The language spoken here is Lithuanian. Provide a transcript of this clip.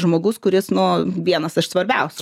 žmogus kuris nu vienas iš svarbiausių